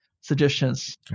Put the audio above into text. suggestions